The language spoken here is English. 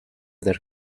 their